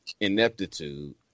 ineptitude